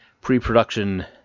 pre-production